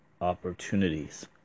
opportunities